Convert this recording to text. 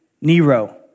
Nero